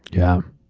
yeah.